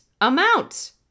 amount